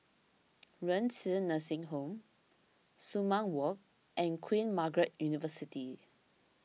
Renci Nursing Home Sumang Walk and Queen Margaret University